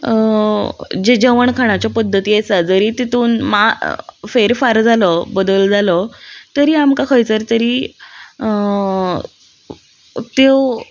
जे जेवण खाणाच्यो पद्दती आसा जरी तितून मा फेरफार जालो बदल जालो तरी आमकां खंयचर तरी त्यो